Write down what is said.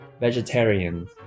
Vegetarian